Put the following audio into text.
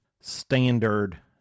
standard